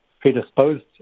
predisposed